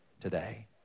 today